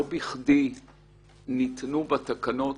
לא בכדי ניתנו בתקנות